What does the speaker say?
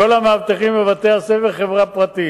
כל המאבטחים בבתי-הספר הם עובדי חברה פרטית.